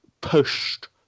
pushed